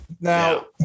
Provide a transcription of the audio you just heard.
Now